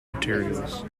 materials